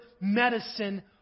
medicine